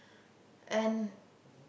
and